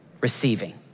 receiving